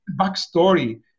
backstory